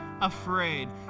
afraid